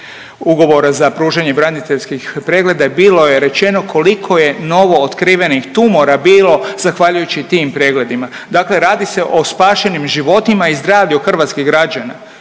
ugovora za pružanje braniteljskih pregleda bilo je rečeno koliko je novootkrivenih tumora bilo zahvaljujući tim pregledima. Dakle radi se o spašenim životima i zdravlju hrvatskih građana.